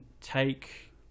take